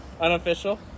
Unofficial